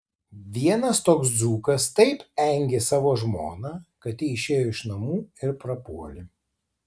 vienas toks dzūkas taip engė savo žmoną kad ji išėjo iš namų ir prapuolė